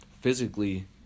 physically